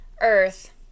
earth